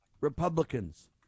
Republicans